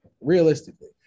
realistically